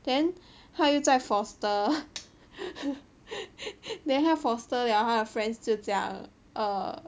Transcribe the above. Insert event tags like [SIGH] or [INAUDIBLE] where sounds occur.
then 她又在 foster [LAUGHS] then 她 foster 了她的 friends 就讲 err